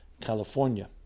California